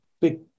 big